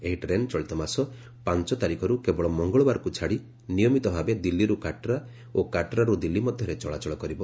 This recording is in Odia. ଏହି ଟ୍ରେନ୍ ଚଳିତ ମାସ ପାଞ୍ଚ ତାରିଖରୁ କେବଳ ମଙ୍ଗଳବାରକୁ ଛାଡ଼ି ନିୟମିତ ଭାବେ ଦିଲ୍ଲୀରୁ କାଟ୍ରା ଓ କାଟ୍ରାରୁ ଦିଲ୍ଲୀ ମଧ୍ୟରେ ଚଳାଚଳ କରିବ